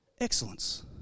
Excellence